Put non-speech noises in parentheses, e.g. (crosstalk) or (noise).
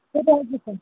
(unintelligible)